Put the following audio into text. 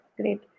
great